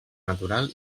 natural